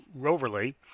Roverly